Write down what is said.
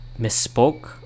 misspoke